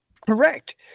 Correct